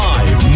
Live